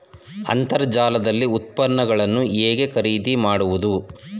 ಅಂತರ್ಜಾಲದಲ್ಲಿ ಉತ್ಪನ್ನಗಳನ್ನು ಹೇಗೆ ಖರೀದಿ ಮಾಡುವುದು?